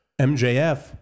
MJF